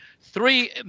Three